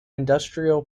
industrial